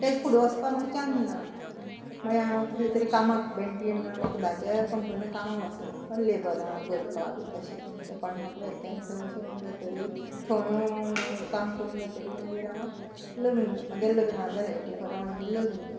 तेजे फुडें वचपाक म्हाका चान्स ना मागीर हांव कसले तरी कामां बँटली म्हणून वखदाचे कंपनी कामां वच लेबला भरपा बी तशें तें कोण्णाकूय येतलें थंय शिंवोन जातरी थंय काम करून जातरी मागीर हांव लग्न म्हाजें लग्ना जालें एटी फोरांत हांव लग्न जालें